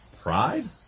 pride